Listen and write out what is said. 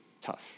tough